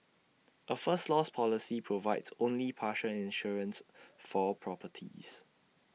A first loss policy provides only partial insurance for properties